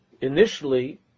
initially